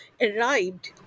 arrived